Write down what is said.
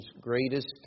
greatest